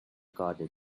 garden